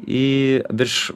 į virš